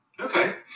okay